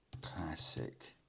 Classic